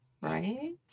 Right